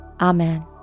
amen